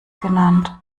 genannt